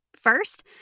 First